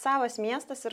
savas miestas ir